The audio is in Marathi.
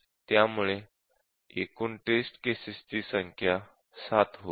त्यामुळे एकूण टेस्ट केसेस ची संख्या 7 होईल